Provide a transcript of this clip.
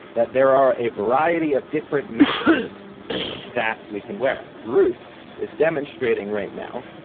that there are a variety of different masks that we can wear. ruth is demonstrating right now